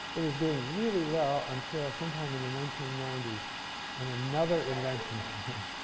it was doing really well, until sometime in the nineteen ninety s when another invention came.